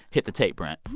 hit the tape, brent